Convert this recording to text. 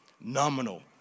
nominal